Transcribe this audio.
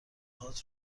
هات